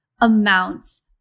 amounts